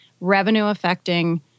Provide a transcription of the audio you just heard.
revenue-affecting